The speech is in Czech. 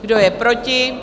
Kdo je proti?